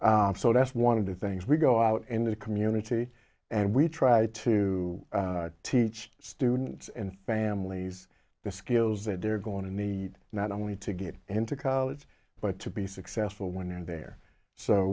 so that's one of the things we go out in the community and we try to teach students and families the skills that they're going to need not only to get into college but to be successful when they're there so